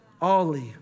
Ollie